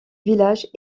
village